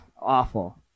awful